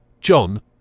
John